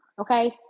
Okay